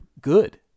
good